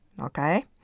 okay